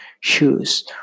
shoes